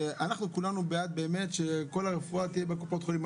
אנחנו כולנו בעד שכל הרפואה תהיה בקופות החולים,